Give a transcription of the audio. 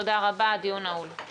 תודה רבה, הדיון נעול.